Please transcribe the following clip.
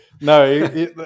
No